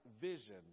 vision